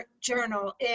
journal